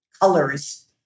colors